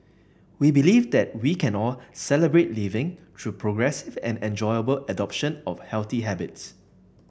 we believe that we can all Celebrate Living through progressive and enjoyable adoption of healthy habits